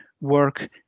work